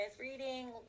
reading